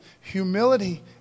Humility